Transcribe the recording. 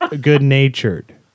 good-natured